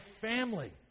family